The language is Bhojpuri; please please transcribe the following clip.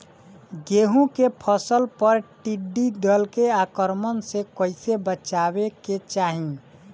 गेहुँ के फसल पर टिड्डी दल के आक्रमण से कईसे बचावे के चाही?